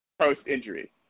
post-injury